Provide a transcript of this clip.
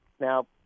Now